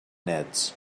nets